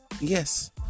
Yes